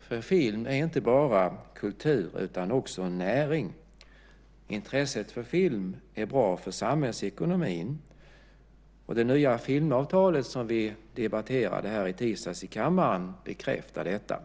Film är nämligen inte bara kultur utan också näring. Intresset för film är bra för samhällsekonomin. Det nya filmavtalet, som vi debatterade här i kammaren i tisdags, bekräftar detta.